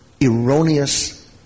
erroneous